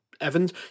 Evans